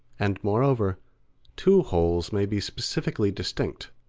and moreover two wholes may be specifically distinct,